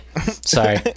sorry